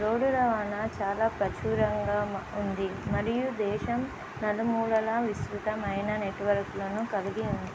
road రవాణా చాలా ప్రచురంగా ఉంది మరియు దేశం నలుమూలల విస్తృతమైన నెట్వర్క్లను కలిగి ఉంది